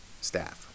staff